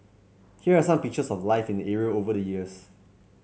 here are some pictures of life in the area over the years